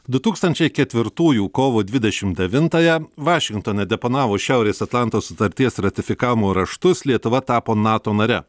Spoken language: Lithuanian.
du tūkstančiai ketvirtųjų kovo dvidešim devintąją vašingtone deponavus šiaurės atlanto sutarties ratifikavimo raštus lietuva tapo nato nare